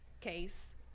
case